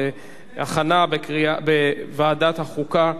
לדיון מוקדם בוועדת החוקה,